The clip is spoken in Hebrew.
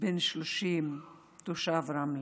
בן 30, תושב רמלה.